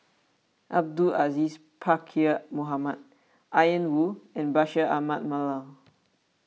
Abdul Aziz Pakkeer Mohamed Ian Woo and Bashir Ahmad Mallal